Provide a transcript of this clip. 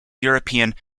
european